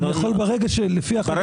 אני יכול לפי החלטת המועצה --- בוודאי,